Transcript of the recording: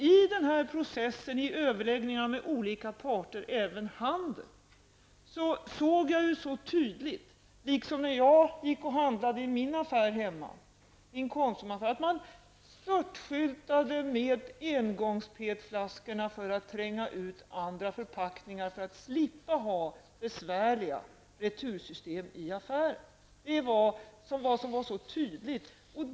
I den här processen och i överläggningar med olika parter, även handeln, såg jag så tydligt -- liksom även när jag handlade i min Konsumaffär hemma -- att man störtskyltade med engångs-PET-flaskorna för att tränga ut andra förpackningar och slippa ha besvärliga retursystem i affären. Det var tydligt.